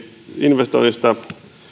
investoinnista